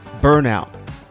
burnout